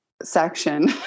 Section